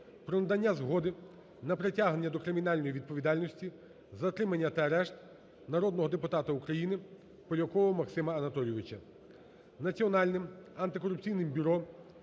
про надання згоди на притягнення до кримінальної відповідальності, затримання та арешт народного депутата України Полякова Максима Анатолійовича. Національним антикорупційним бюро